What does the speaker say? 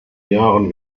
jahren